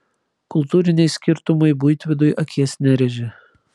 kultūriniai skirtumai buitvidui akies nerėžė